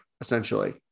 essentially